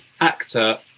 actor